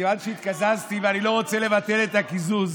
מכיוון שהתקזזתי ואני לא רוצה לבטל את הקיזוז,